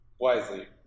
wisely